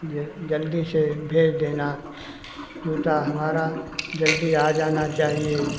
जो जल्दी से भेज देना जूता हमारा जल्दी आ जाना चाहिए